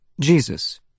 Jesus